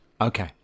Okay